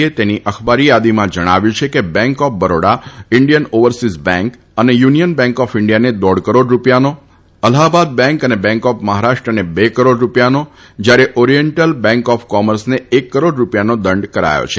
એ તેની અખબારી યાદીમાં જણાવ્યું છે કે bank of Baroda Indian overseas bank અને યુનિયન બેંક ઓફ ઇન્ડિયાને દોઢ કરોડ રૂપિયાનો અલ્હાહાબાદ બેંક અને બેંક ઓફ મહારાષ્ટ્રને બે કરોડ રૂપિયાનો જ્યારે ઓરીએન્ડલ બેંક ઓફ કોમર્સને એક કરોડ રૂપિયાનો દંડ કરાયો છે